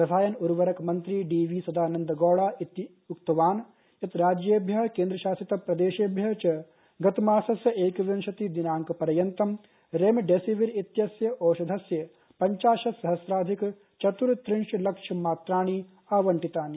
रसायन उर्वरक मन्त्रीडीवी सदानन्द गौडाउक्तवान्यत्राज्येभ्यःकेंद्रशासित प्रदेशेभ्यः च गतमासस्यएकविंशति दिनांक पर्यन्तंरेमडेसेविर इत्यस्यओषधस्यपञ्चाशत्सहस्राधिक चत्र्रिशल्लक्षमात्राणिआवण्टितानि